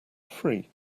free